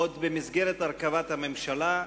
עוד במסגרת הרכבת הממשלה,